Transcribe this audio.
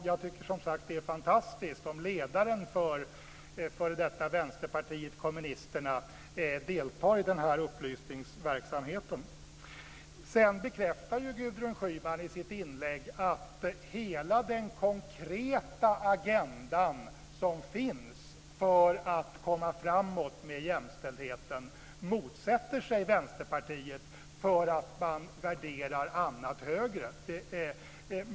Jag tycker som sagt att det är fantastiskt om ledaren för detta vänsterpartiet kommunisterna deltar i denna upplysningsverksamhet. Sedan bekräftar ju Gudrun Schyman i sitt inlägg att Vänsterpartiet motsätter sig hela den konkreta agenda som finns för att komma framåt med jämställdheten därför att man värderar annat högre.